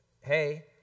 hey